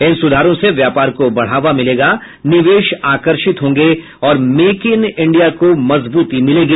इन सुधारों से व्यापार को बढ़ावा मिलेगा निवेश आकर्षित होंगे और मेक इन इंडिया को मजबूती मिलेगी